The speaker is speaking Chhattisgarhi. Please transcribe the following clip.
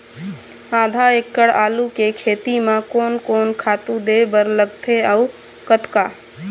आधा एकड़ आलू के खेती म कोन कोन खातू दे बर लगथे अऊ कतका?